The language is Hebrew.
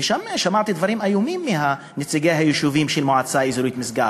ושמעתי שם דברים איומים מנציגי היישובים של המועצה האזורית משגב,